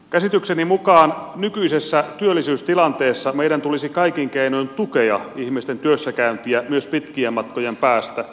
käsitykseni mukaan nykyisessä työllisyystilanteessa meidän tulisi kaikin keinoin tukea ihmisten työssäkäyntiä myös pitkien matkojen päästä